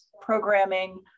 programming